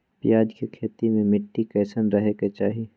प्याज के खेती मे मिट्टी कैसन रहे के चाही?